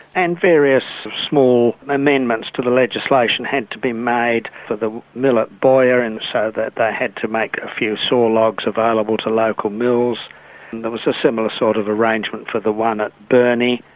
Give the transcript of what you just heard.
and various small amendments to the legislation had to be made for the mill at boyer, and so that they had to make a few saw logs available to local mills, and there was a similar sort of arrangement for the one at burney.